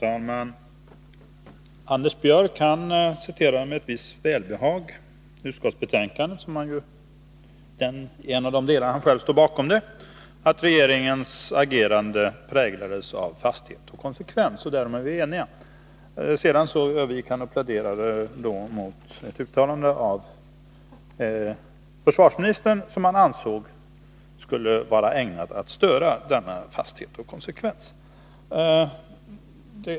Fru talman! Anders Björck citerade med ett visst välbehag ur utskottsbetänkandet, som han själv står bakom, att regeringens agerande präglades av fasthet och konsekvens. Därom är vi eniga. Sedan övergick han till att plädera mot ett uttalande av försvarsministern som han ansåg var ägnat att störa denna fasthet och konsekvens.